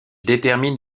détermine